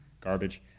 garbage